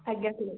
ଆଜ୍ଞା ଠିକ୍ ଅଛି